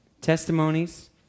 Testimonies